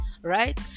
Right